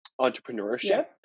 entrepreneurship